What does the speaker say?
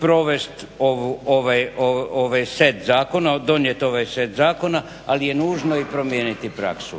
provest ovaj set zakona, donijet ovaj set zakona ali je nužno i promijeniti praksu.